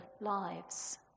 lives